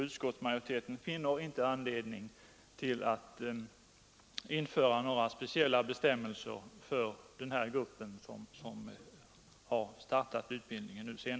Utskottsmajoriteten finner inte anledning att införa några speciella bestämmelser för den grupp som senast har startat utbildningen.